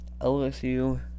LSU